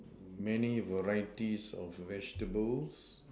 many varieties of vegetables